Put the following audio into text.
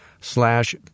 slash